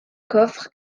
coffre